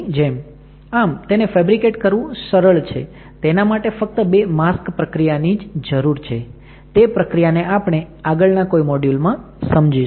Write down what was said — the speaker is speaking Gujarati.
આમ તેને ફેબ્રિકેટ કરવું સરળ છે તેના માટે ફક્ત બે માસ્ક પ્રક્રિયા ની જ જરૂર છે તે પ્રક્રિયાને આપણે આગળના કોઈ મોડયુલમાં સમજીશું